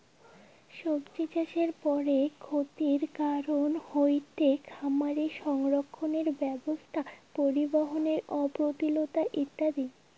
সব্জিচাষের পরের ক্ষতির কারন হয়ঠে খামারে সংরক্ষণের অব্যবস্থা, পরিবহনের অপ্রতুলতা ইত্যাদি